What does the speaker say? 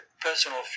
personal